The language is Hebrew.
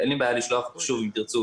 אין לי בעיה לשלוח אותו שוב אם תרצו.